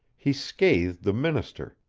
he scathed the minister,